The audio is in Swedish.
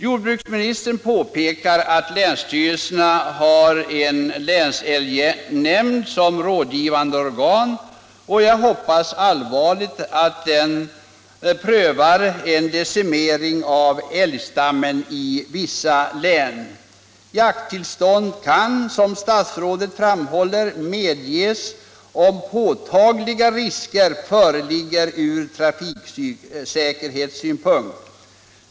Jordbruksministern påpekar att länsstyrelserna har en länsälgnämnd som rådgivande organ, och jag hoppas allvarligt att de nämnderna prövar en decimering av älgstammen i vissa län. Jakttillstånd kan, som statsrådet framhåller, medges om påtagliga risker föreligger ur trafiksäkerhetssynpunkt.